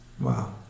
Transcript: Wow